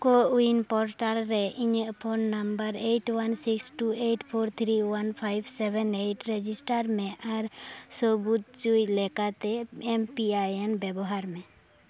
CoWIN portal ᱨᱮ ᱤᱧᱟᱹᱜ phone number eight one six two eight four three one five seven eight register ᱢᱮ ᱟᱨ ᱥᱟᱹᱵᱩᱫᱽ ᱚᱪᱚᱭ ᱞᱮᱠᱟᱛᱮ ᱮᱢ ᱯᱤ ᱟᱭ ᱮᱱ ᱵᱮᱵᱚᱦᱟᱨ ᱢᱮ